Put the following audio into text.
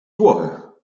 głowę